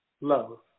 Love